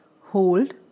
hold